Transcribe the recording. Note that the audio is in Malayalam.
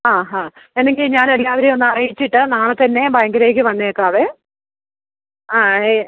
ആ ഹാ എനിക്ക് ഞാന് എല്ലാവരെയും ഒന്ന് അറിയിച്ചിട്ട് നാളെത്തന്നെ ബാങ്കിലേക്കു വന്നേക്കാവേ ആ ഏ